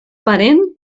parent